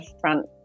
front